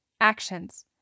actions